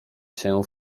się